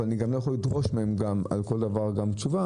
ואני גם לא יכול לדרוש מהם על כל דבר גם תשובה.